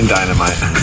Dynamite